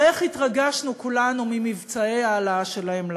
הרי איך התרגשנו כולנו במבצעי ההעלאה שלהם לארץ,